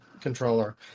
controller